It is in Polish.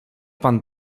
pan